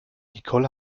nicole